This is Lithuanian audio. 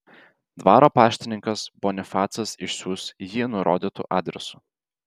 dvaro paštininkas bonifacas išsiųs jį nurodytu adresu